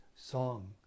song